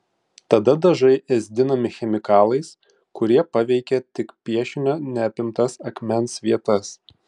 tada dažai ėsdinami chemikalais kurie paveikia tik piešinio neapimtas akmens vietas